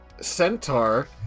centaur